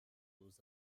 aux